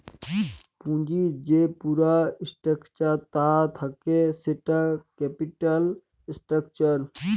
পুঁজির যে পুরা স্ট্রাকচার তা থাক্যে সেটা ক্যাপিটাল স্ট্রাকচার